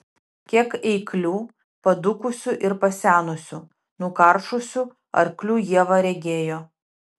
kiek eiklių padūkusių ir pasenusių nukaršusių arklių ieva regėjo